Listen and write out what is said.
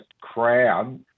Crown